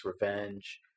Revenge